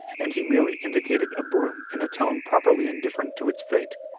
and he merely indicated a broom in a tone properly indifferent to its fate.